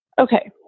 okay